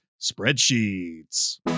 Spreadsheets